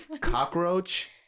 cockroach